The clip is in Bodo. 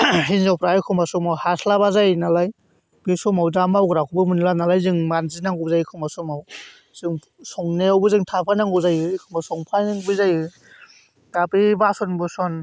हिनजावफ्रा एखनबा समाव हास्लाबा जायो नालाय बे समाव दा मावग्राखौबो मोनला नालाय जों मानजिनांगौ जायो एखनबा समाव जों संनायावबो जों थाफानांगौ जायो एखनबा संफानायबो जायो दा बै बासोन बुसन